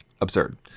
Absurd